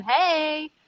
Hey